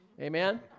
Amen